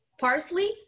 parsley